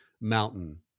mountain